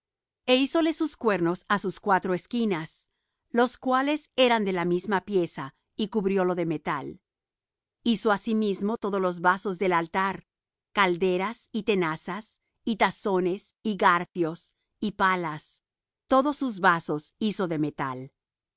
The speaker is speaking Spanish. e hízole sus cuernos á sus cuatro esquinas los cuales eran de la misma pieza y cubriólo de metal hizo asimismo todos los vasos del altar calderas y tenazas y tazones y garfios y palas todos sus vasos hizo de metal